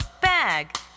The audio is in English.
bag